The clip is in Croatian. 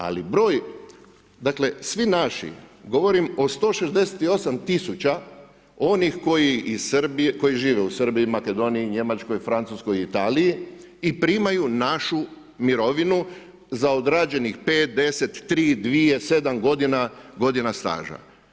Ali broj, dakle svi naši, govorim o 168 tisuća onih koji žive u Srbiji, Makedoniji, Njemačkoj, Francuskoj i Italiji i primaju našu mirovinu za odrađenih 5, 10, 3, 2, 7 godina staža.